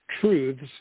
truths